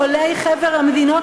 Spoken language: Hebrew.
עולי חבר המדינות",